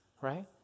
right